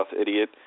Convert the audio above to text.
idiot